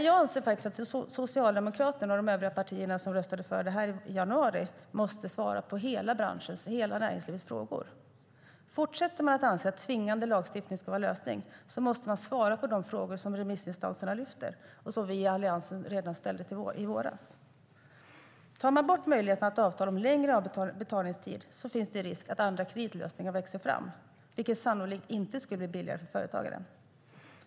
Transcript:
Jag anser att Socialdemokraterna och de övriga partier som röstade för detta i januari måste svara på frågorna från hela näringslivet. Fortsätter man att anse att en tvingande lagstiftning skulle vara lösningen måste man svara på frågorna om de problem som remissinstanserna lyfter fram och som vi i alliansen ställde redan i våras. Tar man bort möjligheten att avtala om längre betalningstid finns det risk för att andra kreditlösningar växer fram som sannolikt inte skulle bli billigare för företagaren.